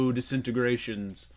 disintegrations